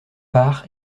par